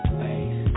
face